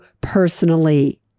personally